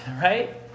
right